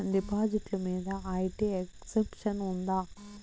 డిపాజిట్లు మీద IT exemption ఉందా?